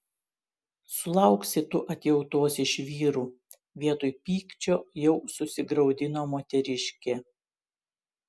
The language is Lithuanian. sulauksi tu atjautos iš vyrų vietoj pykčio jau susigraudino moteriškė